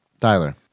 Tyler